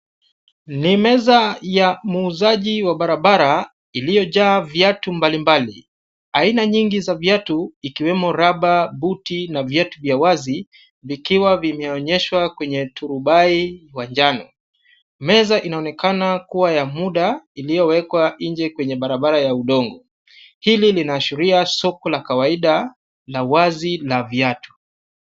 Ni meza ya muuzaji wa barabara iliyojaa viatu mbalimbali. Aina nyingi za viatu ikiwemo raba , buti, na viatu vya wazi vikiwa vimeonyeshwa kwenye turubai wa njano. Meza inaonekana kuwa ya muda iliyowekwa nje kwenye barabara ya udongo. Hili linaashiria soko la kawaida la wazi la viatu.